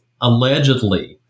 allegedly